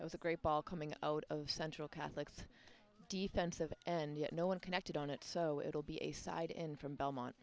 it was a great ball coming out of central catholic's defensive and yet no one connected on it so it will be a side in from belmont